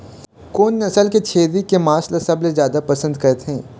कोन नसल के छेरी के मांस ला सबले जादा पसंद करथे?